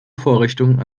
vorrichtung